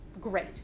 great